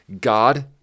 God